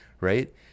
right